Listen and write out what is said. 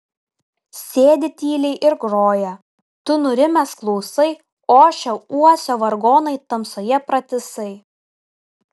sėdi tyliai ir groja tu nurimęs klausai ošia uosio vargonai tamsoje pratisai